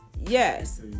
yes